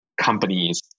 companies